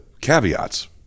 caveats